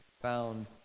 found